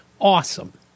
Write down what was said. Awesome